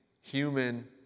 human